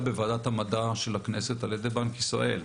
בוועדת המדע של הכנסת על-ידי בנק ישראל.